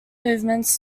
movements